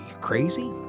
crazy